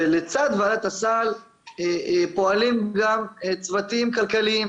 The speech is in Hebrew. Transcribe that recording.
ולצד ועדת הסל פועלים גם צוותים כלכליים: